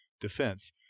defense